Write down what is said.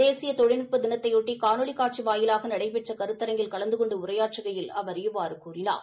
தேசிய தொழில்நுட்ப தினத்தையொட்டி காணொலி காட்சி வாயிலாக நடைபெற்ற கருத்தரங்கில் கலந்து கொண்டு உரையாற்றுகையில் அவர் இவ்வாறு கூறினார்